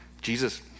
Jesus